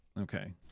Okay